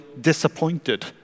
disappointed